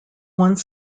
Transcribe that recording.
one